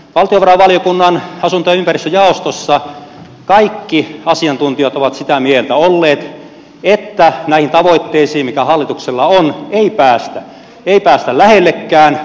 valtiovarainvaliokunnan asunto ja ympäristöjaostossa kaikki asiantuntijat ovat olleet sitä mieltä että näihin tavoitteisiin mitä hallituksella on ei päästä ei päästä lähellekään